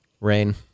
rain